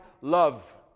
love